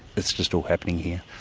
it's just all happening here.